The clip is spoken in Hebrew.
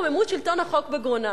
רוממות שלטון החוק בגרונם.